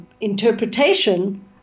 interpretation